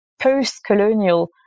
post-colonial